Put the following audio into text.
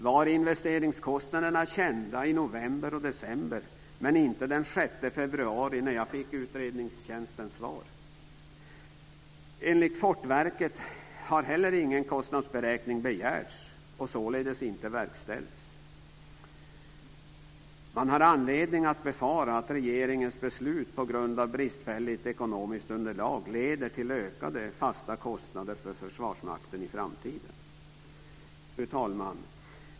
Var investeringskostnaderna kända i november och december, men inte den 6 februari, när jag fick utredningstjänstens svar? Enligt Fortifikationsverket har ingen kostnadsberäkning begärts och således inte verkställts. Man har anledning att befara att regeringens beslut på grund av bristfälligt ekonomiskt underlag leder till ökade fasta kostnader för Försvarsmakten i framtiden. Fru talman!